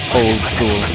old-school